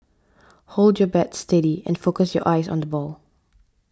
hold your bat steady and focus your eyes on the ball